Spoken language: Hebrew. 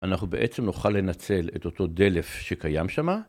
אנחנו בעצם נוכל לנצל את אותו דלף שקיים שמה.